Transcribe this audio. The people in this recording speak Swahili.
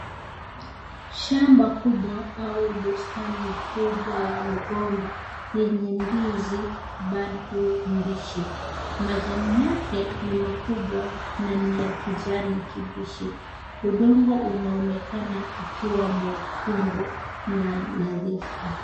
Shamba kubwa au bustani kubwa ya migomba yenye ndizi bado mbichi, majani yake ni makubwa na ni ya kijani kibichi, udongo unaonekana ukiwa nyekundu na nadhifu.